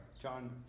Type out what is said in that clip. John